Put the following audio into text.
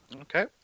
Okay